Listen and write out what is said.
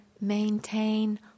maintain